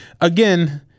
Again